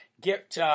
get